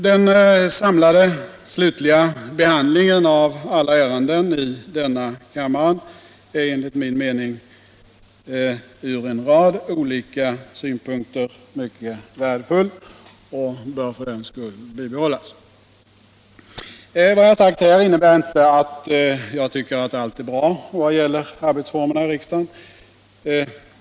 Den samlade slutliga behandlingen av alla ärenden här i kammaren är enligt min mening från en rad olika synpunkter mycket värdefull och bör för den skull bibehållas. Vad jag här sagt innebär inte att jag tycker att allt är bra då det gäller arbetsformerna i riksdagen.